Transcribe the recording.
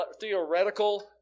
theoretical